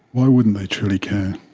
why wouldn't they truly care?